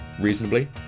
reasonably